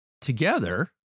Together